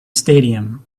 stadium